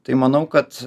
tai manau kad